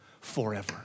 forever